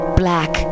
black